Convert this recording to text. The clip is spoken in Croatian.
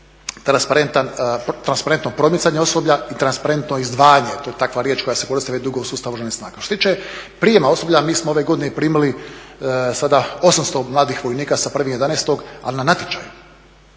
transparentno promicanje osoblja i transparentno izdvajanje. To je takva riječ koja se koristi već dugo u sustavu Oružanih snaga. Što se tiče prijema osoblja mi smo ove godine primili 800 mladih vojnika sa 1.11. ali na natječaju.